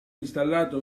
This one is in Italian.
installato